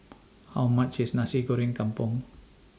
How much IS Nasi Goreng Kampung